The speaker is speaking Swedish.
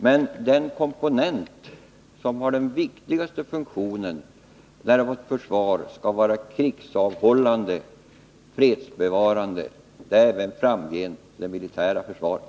Men den komponent som har den viktigaste funktionen för att vårt försvar skall vara krigsavhållande, fredsbevarande, är även framgent det militära försvaret.